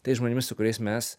tais žmonėmis su kuriais mes